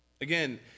Again